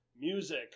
music